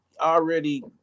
already